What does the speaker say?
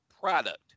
product